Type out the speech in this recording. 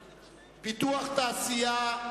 תעשייה.